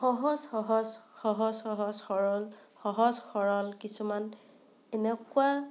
সহজ সহজ সহজ সহজ সৰল সহজ সৰলকিছুমান এনেকুৱা